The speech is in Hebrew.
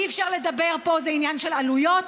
אי-אפשר לדבר פה: זה עניין של עלויות,